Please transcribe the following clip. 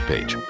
Page